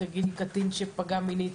תגידי קטין שפגעה מינית.